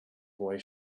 boy